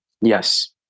Yes